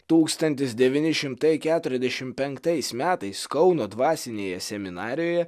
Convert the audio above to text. tūkstantis devyni šimtai keturiasdešimt penktais metais kauno dvasinėje seminarijoje